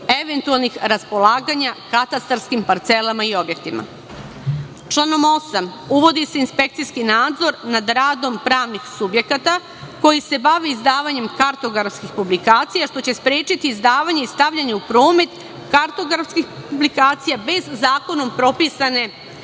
eventualnih raspolaganja katastarskim parcelama i objektima. Članom 8. uvodi se inspekcijski nadzor nad radom pravnih subjekata, koji se bavi izdavanjem kartografskih publikacija, što će sprečiti izdavanje i stavljanje u promet kartografskih publikacija bez zakonom propisane